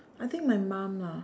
I think my mom lah